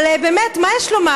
אבל באמת, מה יש לומר?